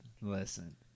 listen